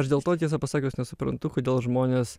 aš dėl to tiesą pasakius nesuprantu kodėl žmonės